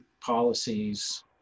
policies